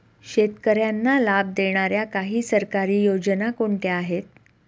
शेतकऱ्यांना लाभ देणाऱ्या काही सरकारी योजना कोणत्या आहेत?